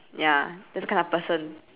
ya this kind of person